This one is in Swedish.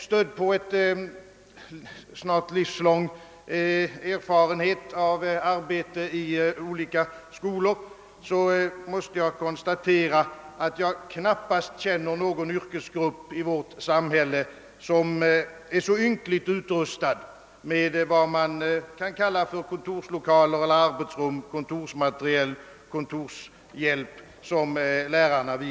Stödd på en snart livslång erfarenhet av arbete i olika skolor måste jag konstatera, att jag knappast känner någon yrkesgrupp i vårt samhälle som är så ynkligt utrustad med arbetsrum eller kontorslokaler, kontorsmateriel och kontorshjälp som lärarna.